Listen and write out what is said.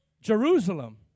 Jerusalem